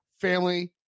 family